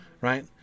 right